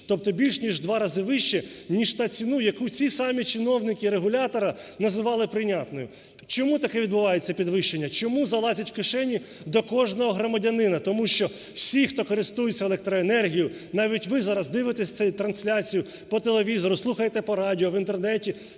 тобто більше ніж у 2 рази вище, ніж та ціна, яку ці самі чиновники регулятора називали прийнятною. Чому таке відбувається підвищення? Чому залазять у кишені до кожного громадянина. Тому що всі, хто користуються електроенергією, навіть ви зараз дивитеся трансляцію по телевізору, слухаєте по радіо, в Інтернеті,